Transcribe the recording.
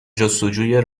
جستجوی